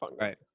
Right